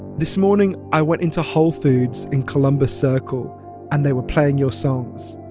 this morning, i went into whole foods in columbus circle and they were playing your songs.